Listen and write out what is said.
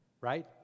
Right